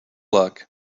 luck